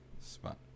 spot